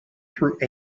through